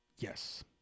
Yes